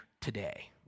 today